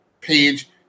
page